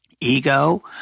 ego